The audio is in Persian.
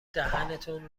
دهنتون